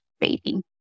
baby